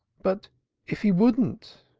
but if he wouldn't?